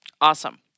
Awesome